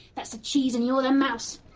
that's the cheese and you're the mouse.